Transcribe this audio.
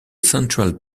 central